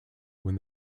when